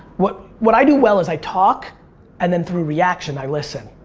what what i do well is i talk and then through reaction i listen.